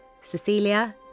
Cecilia